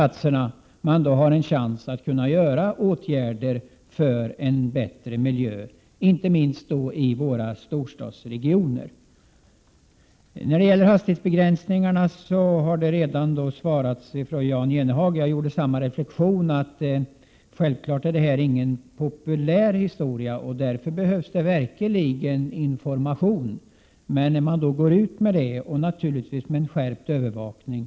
1987/88:126 man har en chans att vidta åtgärder för en bättre miljö, inte minst i våra Jan Jennehag har redan bemött det Anneli Hulthén sade om hastighetsbegränsningarna. Jag gjorde samma reflexion, att detta självfallet inte är någon populär historia och att det därför i högsta grad behövs information. Man måste gå ut med information och en skärpt övervakning.